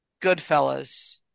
Goodfellas